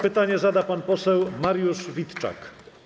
Pytanie zada pan poseł Mariusz Witczak.